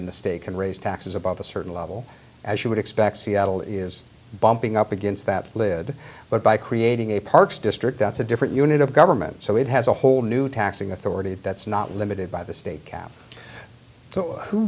in the state can raise taxes above a certain level as you would expect seattle is bumping up against that live but by creating a parks district that's a different unit of government so it has a whole new taxing authority that's not limited by the state cap